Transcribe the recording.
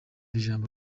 ijambo